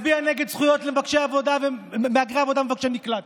מצביע נגד זכויות למהגרי עבודה ומבקשי מקלט,